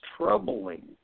troubling